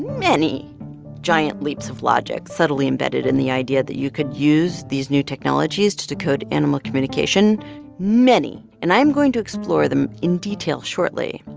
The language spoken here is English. many giant leaps of logic subtly embedded in the idea that you could use these new technologies to decode animal communication many. and i am going to explore them in detail shortly.